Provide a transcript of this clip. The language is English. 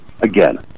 again